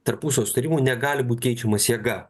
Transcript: tarpusavio sutarimų negali būt keičiamos jėga